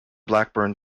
blackburn